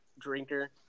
drinker